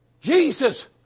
Jesus